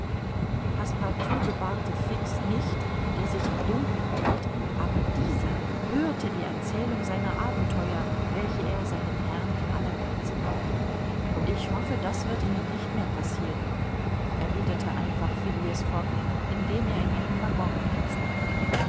passepartout gewahrte fix nicht der sich im dunkeln hielt aber dieser horte die erzählung seiner abenteuer welche er seinem herrn in aller kürze machte ich hoffe das wird ihnen nicht mehr passiren erwiderte einfach phileas fogg indem er in einem waggon platz nahm